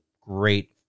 great